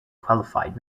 qualified